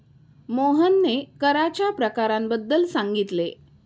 मोहनने कराच्या प्रकारांबद्दल सांगितले